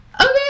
okay